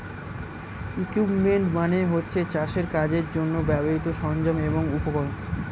equipment মানে হচ্ছে চাষের কাজের জন্যে ব্যবহৃত সরঞ্জাম এবং উপকরণ